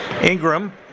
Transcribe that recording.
Ingram